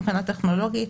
מבחינה טכנולוגית,